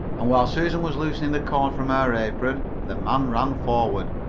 and while susan was loosening the cord from her apron the man ran forward.